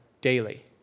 daily